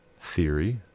theory